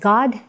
God